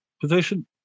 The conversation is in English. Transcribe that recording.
position